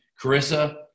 Carissa